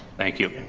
thank you.